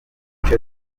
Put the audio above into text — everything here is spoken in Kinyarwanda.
duce